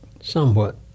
Somewhat